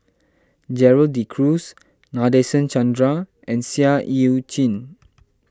Gerald De Cruz Nadasen Chandra and Seah Eu Chin